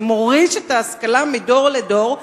ומוריש את ההשכלה מדור לדור,